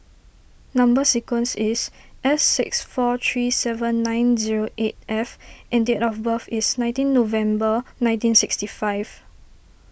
Number Sequence is S six four three seven nine zero eight F and date of birth is nineteen November nineteen sixty five